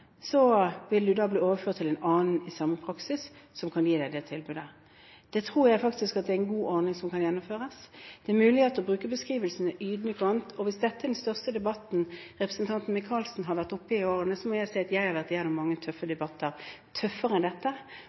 vil man bli overført til en annen i samme praksis som kan gi deg det tilbudet. Det tror jeg faktisk er en god ordning som kan gjennomføres, selv om det er mulig å bruke beskrivelsene ydmykende og annet. Hvis dette er den største debatten representanten Micaelsen har vært i gjennom årene, må jeg si at jeg har vært gjennom mange tøffe debatter, tøffere enn dette.